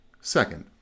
Second